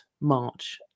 March